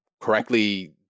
correctly